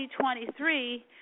2023